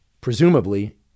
presumably